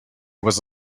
was